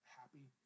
happy